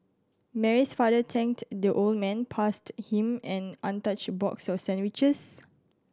Mary's father thanked the old man passed him an untouched box of sandwiches